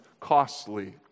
costly